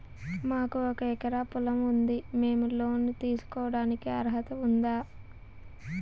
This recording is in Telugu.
మాకు ఒక ఎకరా పొలం ఉంది మేము లోను తీసుకోడానికి అర్హత ఉందా